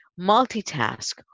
multitask